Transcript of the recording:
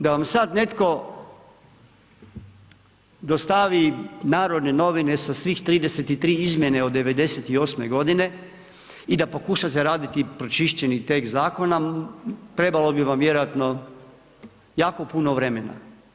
Da vam sad netko dostavi Narodne novine sa svih 33 izmjene od '98. godine i da pokušate raditi pročišćeni tekst zakona, trebalo bi vam vjerojatno jako puno vremena.